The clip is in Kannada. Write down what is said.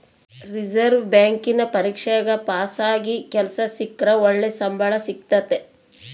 ರಿಸೆರ್ವೆ ಬ್ಯಾಂಕಿನ ಪರೀಕ್ಷೆಗ ಪಾಸಾಗಿ ಕೆಲ್ಸ ಸಿಕ್ರ ಒಳ್ಳೆ ಸಂಬಳ ಸಿಕ್ತತತೆ